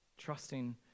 Trusting